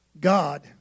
God